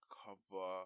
cover